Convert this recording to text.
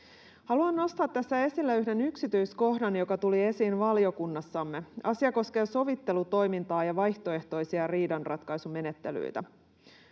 Haluan nostaa tässä esille yhden yksityiskohdan, joka tuli esiin valiokunnassamme. Asia koskee sovittelutoimintaa ja vaihtoehtoisia riidanratkaisumenettelyitä.